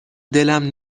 دلم